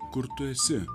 kur tu esi